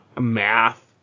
math